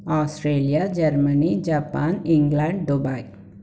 Australia Germany Japan England Dubai